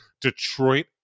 Detroit